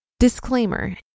Disclaimer